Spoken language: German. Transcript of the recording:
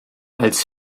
als